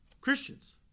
Christians